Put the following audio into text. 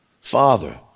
Father